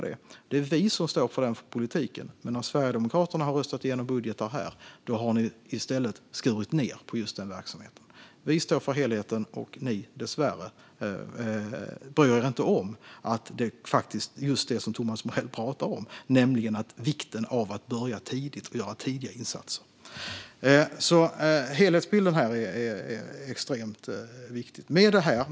Det är vi som står för den politiken, men när Sverigedemokraterna har röstat igenom budgetar här har ni i stället skurit ned på den verksamheten. Vi står för helheten, och dessvärre bryr ni inte er om det Thomas Morell pratar om, nämligen vikten av att göra tidiga insatser. Helhetsbilden är extremt viktig.